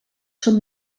són